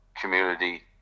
community